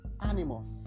animals